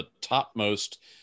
topmost